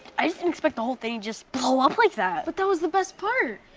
i just didn't expect the whole thing just blow up like that. but that was the best part.